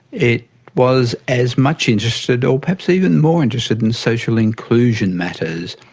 it was as much interested or perhaps even more interested in social inclusion matters,